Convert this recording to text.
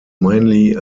mainly